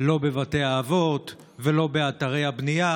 לא בבתי האבות ולא באתרי הבנייה.